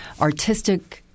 artistic